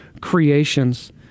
creations